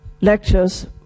lectures